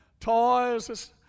toys